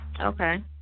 Okay